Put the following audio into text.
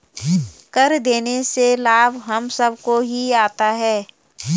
कर देने से लाभ हम सबको ही होता है